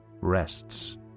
rests